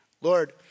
Lord